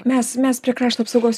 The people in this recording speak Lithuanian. mes mes prie krašto apsaugos